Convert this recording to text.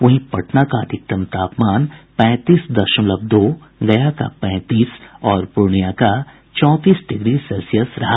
वहीं पटना का अधिकतम तापमान पैंतीस दशमलव दो गया का पैंतीस और पूर्णिया का चौंतीस डिग्री सेल्सियस रहा